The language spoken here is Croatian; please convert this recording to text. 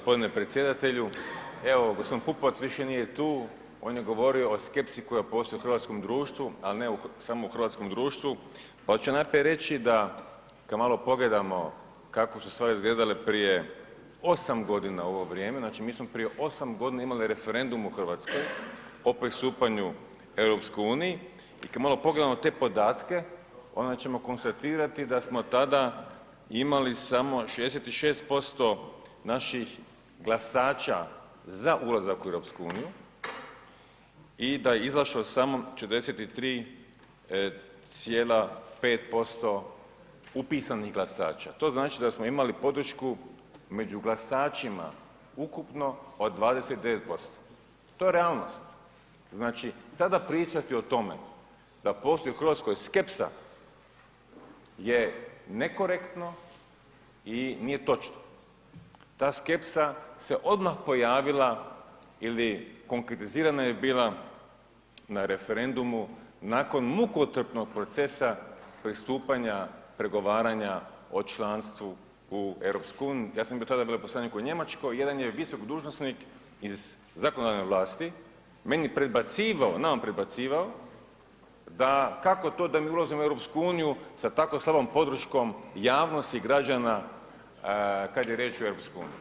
Hvala lijepa. g. Predsjedatelju, evo g. Pupovac više nije tu, on je govorio o skepsi koja postoji u hrvatskom društvu, a ne samo u hrvatskom društvu, pa ću najprije reći da kad malo pogledamo kako su stvari izgledale prije 8.g. u ovo vrijeme, znači mi smo prije 8.g. imali referendum u RH o pristupanju EU i kad malo pogledamo te podatke onda ćemo konstatirati da smo tada imali samo 66% naših glasača za ulazak u EU i da je izašlo samo 43,5% upisanih glasača, to znači da smo imali podršku među glasačima ukupno od 29%, to je realnost, znači sada pričati o tome da postoji u RH skepsa je nekorektno i nije točno, ta skepsa se odmah pojavila ili konkretizirana je bila na referendumu nakon mukotrpnog procesa pristupanja pregovaranja o članstva u EU, ja sam bio tada veleposlanik u Njemačkoj, jedan je visoki dužnosnik iz zakonodavne vlasti meni predbacivao, … [[Govornik se ne razumije]] predbacivao da kako to da mi ulazimo u EU sa tako slabom podrškom javnosti građana kad je riječ o EU.